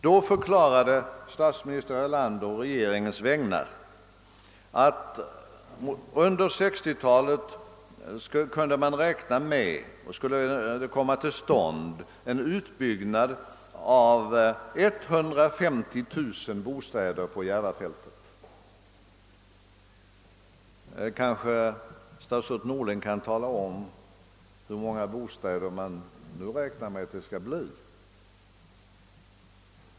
Då förklarade statsminister Erlander på regeringens vägnar att man kunde räkna med att det under 1960-talet skulle komma till stånd en utbyggnad av Järvafältet på 150 000 bostäder. Statsrådet Norling kanske kan tala om hur många man nu räknar med att kunna bygga där.